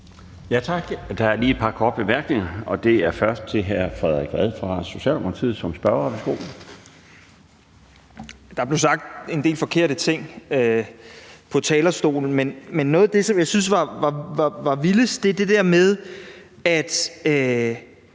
Tak. Der er lige et par korte bemærkninger, og den første er fra hr. Frederik Vad fra Socialdemokratiet. Værsgo. Kl. 12:35 Frederik Vad (S): Der blev sagt en del forkerte ting på talerstolen, men noget af det, som jeg synes var vildest, var det der med, at